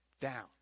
down